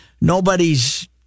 nobody's